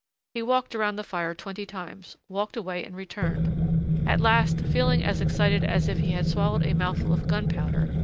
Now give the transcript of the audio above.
he walked around the fire twenty times, walked away and returned at last, feeling as excited as if he had swallowed a mouthful of gunpowder,